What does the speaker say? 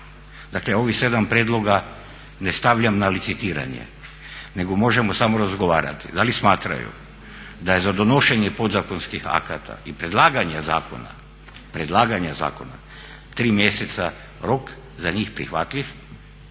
dakle ovih sedam prijedloga ne stavljam na licitiranje, nego možemo samo razgovarati da li smatraju da je za donošenje podzakonskih akta i predlaganje zakona predlaganja zakona 3 mjeseca rok za njih prihvatljiv